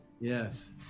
Yes